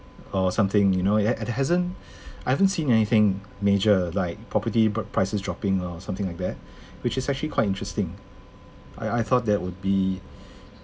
or something you know had hasn't I haven't seen anything major like property pr~ prices dropping loh something like that which is actually quite interesting I I thought that would be